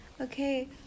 Okay